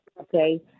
Okay